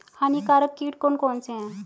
हानिकारक कीट कौन कौन से हैं?